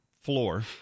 floor